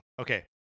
Okay